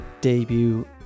debut